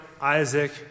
Isaac